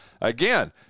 Again